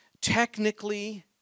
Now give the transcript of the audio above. technically